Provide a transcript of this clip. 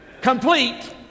complete